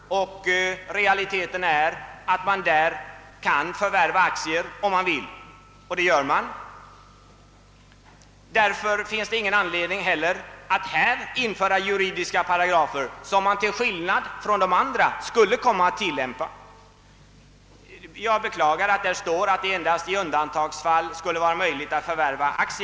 Realiteten är att man på detta sätt kan förvärva aktier om man vill, och det gör man. Därför finns det inte heller någon anledning att i fråga om investeringsbanken införa juridiska paragrafer som till skillnad från annars skulle komma att tillämpas. Jag beklagar att här står att det endast i undantagsfall skulle vara möjligt för banken att förvärva aktier.